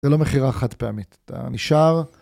זה לא מכירה חד פעמית, אתה נשאר.